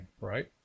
right